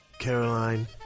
Caroline